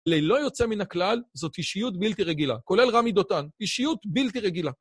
ללא יוצא מן הכלל זאת אישיות בלתי רגילה, כולל רמי דותן, אישיות בלתי רגילה.